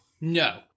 No